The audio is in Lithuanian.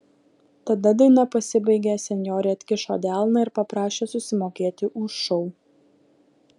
tada daina pasibaigė senjorė atkišo delną ir paprašė susimokėti už šou